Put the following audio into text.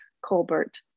Colbert